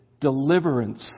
deliverance